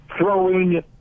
throwing